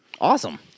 Awesome